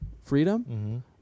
Freedom